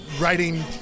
writing